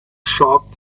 shop